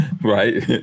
Right